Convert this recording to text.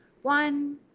One